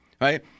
right